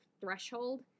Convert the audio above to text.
threshold